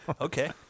Okay